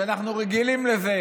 שאנחנו רגילים לזה